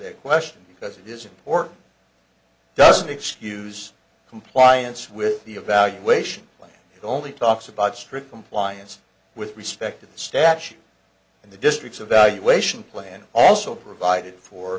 that question because it isn't or doesn't excuse compliance with the evaluation only talks about strict compliance with respect to the statute and the district's evaluation plan also provided for